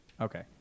Okay